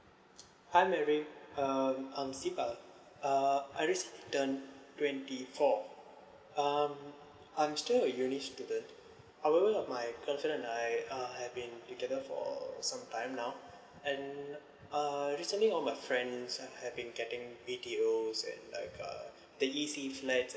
hi mary um I'm siva uh I resident twenty four um I'm still a uni student however my fiance and I uh have been together for sometime now and uh recently all my friends uh have been getting B_T_O and like uh the E_C flat